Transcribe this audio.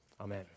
Amen